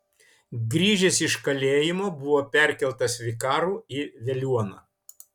grįžęs iš kalėjimo buvo perkeltas vikaru į veliuoną